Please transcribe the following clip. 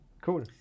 Cool